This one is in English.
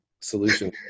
solution